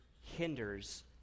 hinders